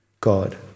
God